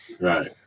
Right